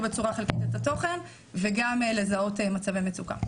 בצורה חלקית את התוכן וגם לזהות מצבי מצוקה.